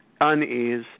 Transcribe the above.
unease